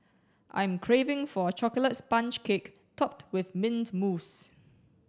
I am craving for a chocolate sponge cake topped with mint mousse